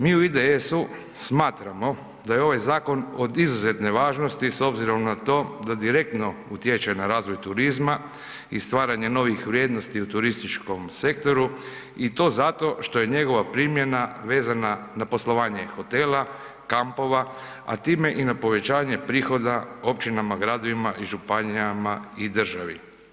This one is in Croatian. Mi u IDS-u smatramo da je ovaj zakon od izuzetne važnosti s obzirom na to da direktno utječe na razvoj turizma i stvaranje novih vrijednosti u turističkom sektoru i to zato što je njegova primjena vezana na poslovanje hotela, kampova a time i na povećanje prihoda općinama, gradovima i županijama i državi.